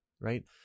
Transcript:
right